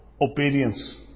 obedience